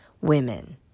women